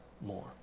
more